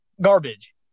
garbage